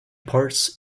parts